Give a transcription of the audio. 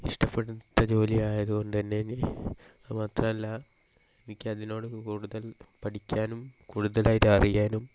ഇഷ്ടപ്പെട്ട ജോലി ആയതുകൊണ്ട് തന്നെ എനി അത് മാത്രമല്ല എനിക്ക് അതിനോട് കൂടുതൽ പഠിക്കാനും കൂടുതലായിട്ട് അറിയാനും